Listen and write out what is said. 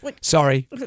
Sorry